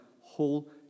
whole